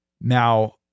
Now